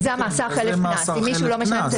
זה המאסר חלף קנס אם מישהו לא משלם,